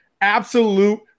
Absolute